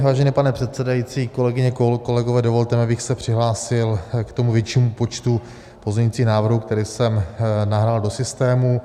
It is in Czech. Vážený pane předsedající, kolegyně, kolegové, dovolte mi, abych se přihlásil k tomu většímu počtu pozměňovacích návrhů, které jsem nahrál do systému.